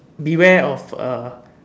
beware of uh